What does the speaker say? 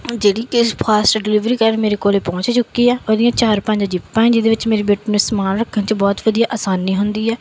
ਜਿਹੜੀ ਕਿ fast delivery ਕਾਰਨ ਮੇਰੇ ਕੋਲ ਪਹੁੰਚ ਚੁੱਕੀ ਹੈ ਉਹਦੀਆਂ ਚਾਰ ਪੰਜ ਜਿੱਪਾਂ ਹੈ ਜਿਹਦੇ ਵਿੱਚ ਮੇਰੀ ਬੇਟੀ ਨੂੰ ਸਮਾਨ ਰੱਖਣ 'ਚ ਬਹੁਤ ਵਧੀਆ ਆਸਾਨੀ ਹੁੰਦੀ ਹੈ